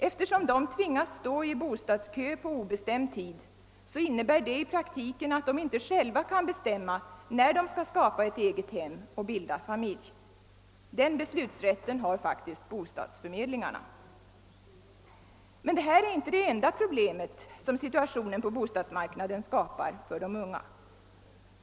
Eftersom de tvingas stå i bostadskö på obestämd tid innebär det i praktiken att de inte själva kan bestämma när de skall skapa ett eget hem och bilda familj. Den beslutsrätten har faktiskt bostadsförmedlingarna. Men detta är inte det enda problem som situationen på bostadsmarknaden skapar för de unga.